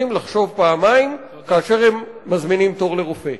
לחשוב פעמיים כאשר הם מזמינים תור לרופא.